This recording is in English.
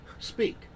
Speak